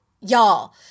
y'all